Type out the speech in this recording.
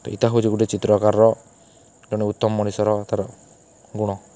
ଇଟା ହଉଛେ ଗୁଟେ ଚିତ୍ରକାର୍ର ଜଣେ ଉତ୍ତମ୍ ମଣିଷର ତାର୍ ଗୁଣ